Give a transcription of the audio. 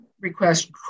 Request